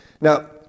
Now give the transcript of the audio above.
Now